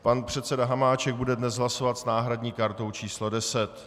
Pan předseda Hamáček bude dnes hlasovat s náhradní kartou číslo 10.